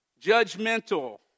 judgmental